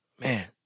man